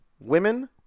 women